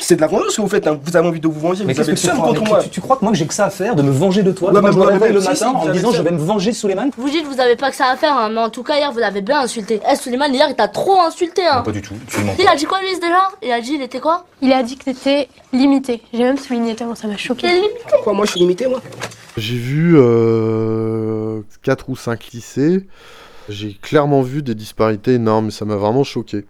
C'est de la vengeance que vous faites, hein. Vous avez envie de vous venger, Mais vous qu'est-ce avez que le tu seum crois ? Mais contre tu- moi. tu- tu crois que moi, que j'ai que ça à faire de me venger de toi, de Ouais, toi, mais je me vous m'avez réveille même le si, si, matin en vous avez le disant que je seum. vais me venger de Suleymane ? Vous dites, vous avez pas que ça à faire, hein, mais en tout cas, hier, vous l'avez bien insulté. Est-ce que Suleymane, hier, il t'a trop insulté, hein ? Non, pas du tout, absolument Il pas. a dit quoi, lui, déjà ? Il a dit, il était quoi ? Il a dit que t'étais limité. J'ai même souligné, tellement ça m'a choqué. Il est limité ? Pourquoi moi, je suis limité, moi ? J'ai vu, euh, quatre ou cinq lycées. J'ai clairement vu des disparités énormes, ça m'a vraiment choqué.